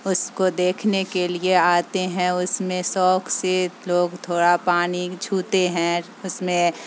اس کو دیکھنے کے لیے آتے ہیں اس میں شوق سے لوگ تھوڑا پانی چھوتے ہیں اس میں